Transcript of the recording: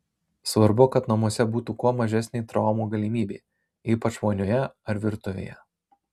svarbu kad namuose būtų kuo mažesnė traumų galimybė ypač vonioje ar virtuvėje